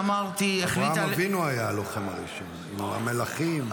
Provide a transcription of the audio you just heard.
אברהם אבינו היה הלוחם הראשון, עם המלאכים.